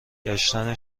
گشتن